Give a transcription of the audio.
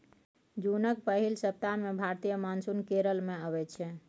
जुनक पहिल सप्ताह मे भारतीय मानसून केरल मे अबै छै